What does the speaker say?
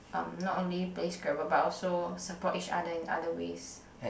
um not only play Scrabble but also support each other in other ways